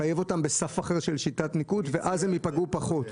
לחייב אותם בסף אחר של שיטת ניקוד ואז הם ייפגעו פחות.